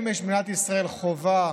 אם יש במדינת ישראל חובה,